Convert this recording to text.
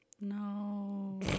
No